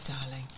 darling